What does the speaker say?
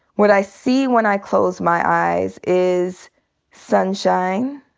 what i see when i close my eyes is sunshine,